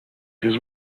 his